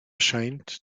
scheint